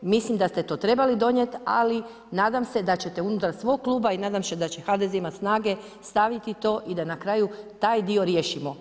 Mislim da ste to trebali donijeti, ali nadam se da ćete unutar svog kluba i nadam se da će HDZ imati snage staviti to i da na kraju taj dio riješimo.